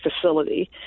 facility